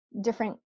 different